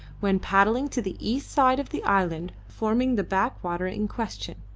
when paddling to the east side of the island forming the back-water in question.